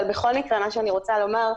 אבל בכל מקרה, מה שאני רוצה לומר,